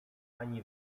ani